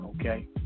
okay